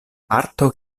arto